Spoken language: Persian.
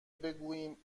بگوییم